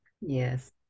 Yes